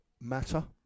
matter